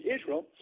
Israel